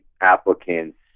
applicants